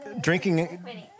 Drinking